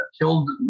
killed